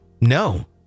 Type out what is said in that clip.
No